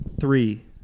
Three